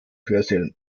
hörsälen